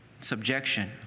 subjection